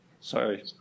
sorry